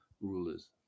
rulers